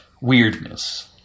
weirdness